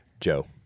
Joe